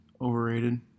overrated